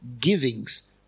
givings